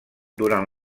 durant